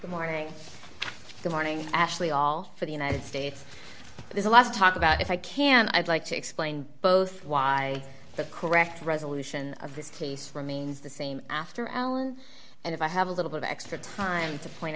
good morning good morning ashley all for the united states there's a lot of talk about if i can i'd like to explain both why the correct resolution of this case remains the same after ellen and if i have a little bit extra time to point